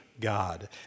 God